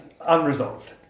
Unresolved